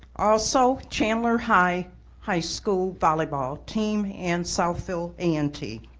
also chandler high high school volleyball team and southfield a and t.